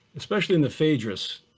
especially in the phaedrus,